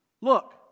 Look